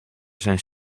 zijn